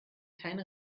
keine